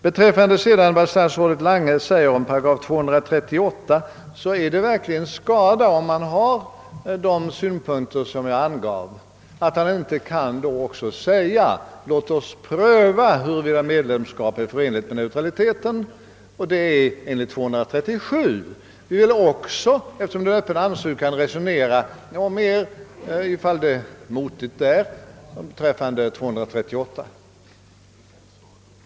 Beträffande det som statsrådet Lange vidare framhåller om 8 238 är det verkligen skada, om han har de synpunkter som jag angav, att han inte också kan säga följande: Vi skall pröva huruvida medlemskap är förenligt med neutraliteten enligt § 237. Eftersom det gäller en öppen ansökan, vill vi, om detta stöter på svårigheter, resonera om förhandlingar enligt § 238.